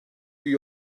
üye